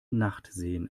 nachtsehen